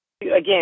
again